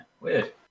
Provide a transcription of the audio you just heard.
weird